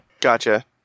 Gotcha